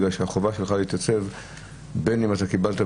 בגלל שהחובה שלך להתייצב בין אם קיבלת,